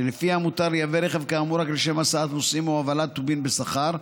שלפיה מותר לייבא רכב כאמור רק לשם הסעת נוסעים או הובלת טובין בשכר,